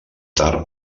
tard